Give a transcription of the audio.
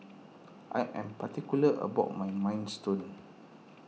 I am particular about my Minestrone